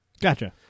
Gotcha